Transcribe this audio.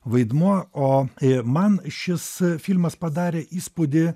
vaidmuo o i man šis filmas padarė įspūdį